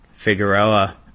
Figueroa